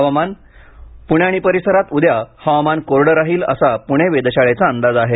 हवामान पुणे आणि परिसरात उद्या हवामान कोरड राहील असा पुणे वेधशाळेचा अंदाज आहे